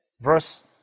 verse